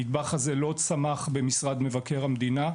הנדבך הזה לא צמח במשרד מבקר המדינה,